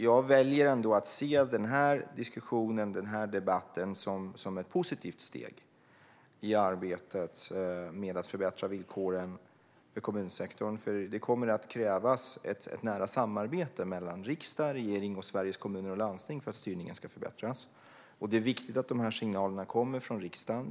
Jag väljer ändå att se den här diskussionen och debatten som ett positivt steg i arbetet med att förbättra villkoren i kommunsektorn. Det kommer nämligen att krävas ett nära samarbete mellan riksdag, regering och Sveriges Kommuner och Landsting för att styrningen ska förbättras, och det är viktigt att de här signalerna kommer från riksdagen.